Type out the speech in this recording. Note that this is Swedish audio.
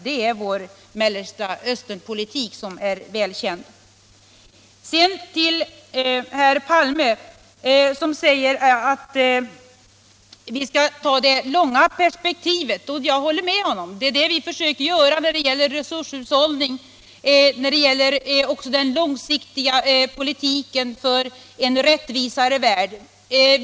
Det är vår Mellanösternpolitik, som är väl känd. Herr Palme anför att vi skall ha det långa perspektivet. Jag håller med honom. Det försöker vi göra när det gäller resurshushållning och den långsiktiga politiken för en rättvisare värld.